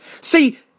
See